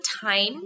time